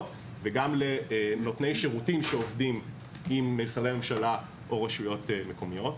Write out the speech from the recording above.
וגם לנותני שירותים שעובדים עם משרדי ממשלה או רשויות מקומיות.